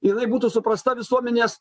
jinai būtų suprasta visuomenės